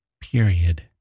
period